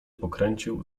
pokręcił